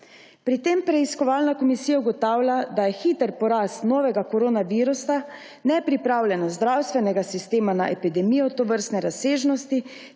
Pri tem preiskovalna komisija ugotavlja, da je hiter porast novega koronavirusa, nepripravljenost zdravstvenega sistema na epidemijo tovrstne razsežnosti